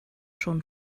schon